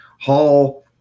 Hall –